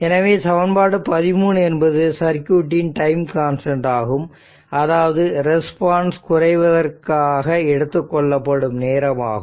எனவே சமன்பாடு 13 என்பது சர்க்யூட்டின் டைம் கான்ஸ்டன்ட் ஆகும் அதாவது ரெஸ்பான்ஸ் குறைவதற்கான எடுத்துக் கொள்ளப்படும் நேரம் ஆகும்